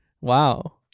Wow